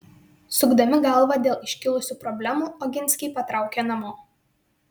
sukdami galvą dėl iškilusių problemų oginskiai patraukė namo